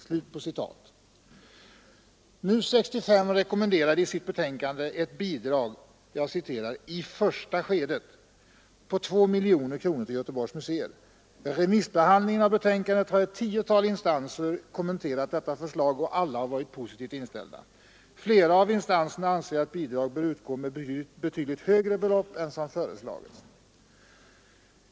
MUS 65 rekommenderade i sitt betänkande ett bidrag ”i första skedet” på 2 miljoner kronor till Göteborgs museer. Vid remissbehandlingen av betänkandet har ett tiotal instanser kommenterat detta förslag, och alla har varit positivt inställda. Flera av instanserna anser att bidrag bör utgå med betydligt högre belopp än som föreslagits.